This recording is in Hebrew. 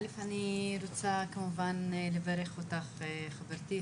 א' אני רוצה כמובן לברך אותך חברתי,